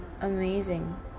amazing